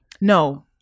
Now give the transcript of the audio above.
No